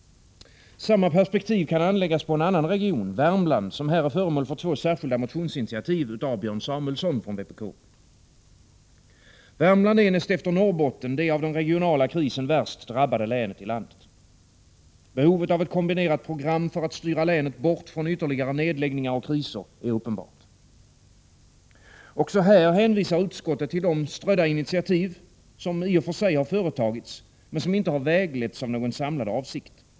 Samma perspektiv kan anläggas på en annan region, Värmland, som här är föremål för två särskilda motionsinitiativ av Björn Samuelson från vpk. Värmland är näst efter Norrbotten det av den regionala krisen värst drabbade länet i landet. Behovet av ett kombinerat program för att styra länet bort från ytterligare nedläggningar och kriser är uppenbart. Också här hänvisar utskottet till de strödda initiativ som i och för sig företagits men som inte har vägletts av någon samlad avsikt.